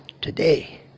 today